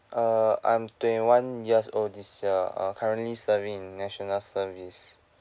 err I'm twenty one years old this year uh currently serving in national service